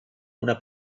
una